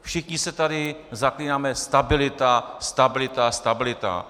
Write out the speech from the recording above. Všichni se tady zaklínáme stabilita, stabilita, stabilita.